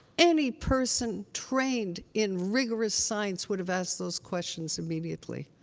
any person trained in rigorous science would have asked those questions immediately.